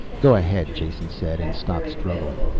go ahead, jason said, and stopped struggling.